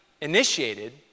initiated